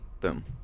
Boom